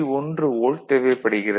1 volt தேவைப்படுகிறது